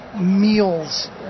meals